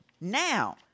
Now